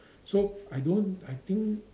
so I don't I think